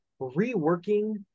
reworking